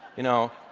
you know,